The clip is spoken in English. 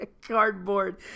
cardboard